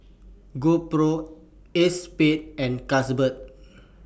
GoPro ACEXSPADE and Carlsberg